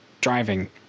driving